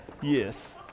Yes